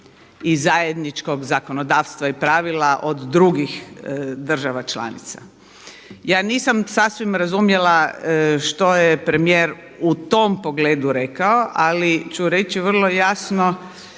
i zajedničkog zakonodavstva i pravila od drugih država članica. Ja nisam sasvim razumjela što je premijer u tom pogledu rekao ali ću reći vrlo jasno